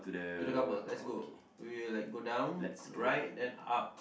to the couple let's go we will like go down right then up